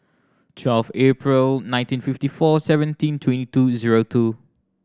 twelve April nineteen fifty four seventeen twenty two zero two